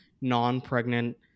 non-pregnant